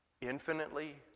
Infinitely